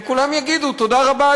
וכולם יגידו: תודה רבה,